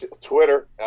Twitter